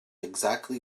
exactly